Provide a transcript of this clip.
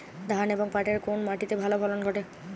ধান এবং পাটের কোন মাটি তে ভালো ফলন ঘটে?